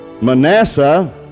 Manasseh